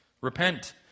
Repent